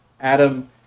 Adam